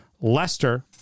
Leicester